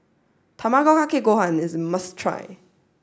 Tamago Kake Gohan is a must try